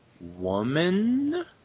woman